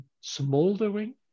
smoldering